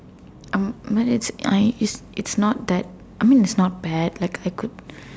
um I mean I'm not I is it like it's it's not that I mean it's not bad like it could be